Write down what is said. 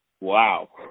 Wow